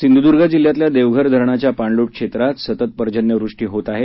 सिंधुदुर्ग जिल्हयातल्या देवघर धरणाच्या पाणलोट क्षेत्रामध्ये सतत पर्जन्यवृष्टी होत आहे